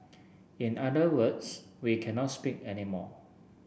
in other words we cannot speak anymore